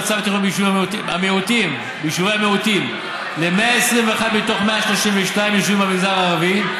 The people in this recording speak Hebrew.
המצב התכנוני ביישובי המיעוטים: ל-121 מתוך 132 יישובים במגזר הערבי,